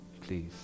Please